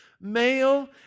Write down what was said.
Male